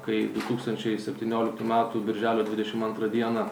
kai du tūkstančiai septynioliktų metų birželio dvidešimt antrą dieną